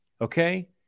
okay